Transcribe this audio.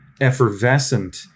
effervescent